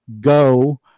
Go